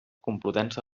complutense